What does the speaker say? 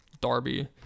Darby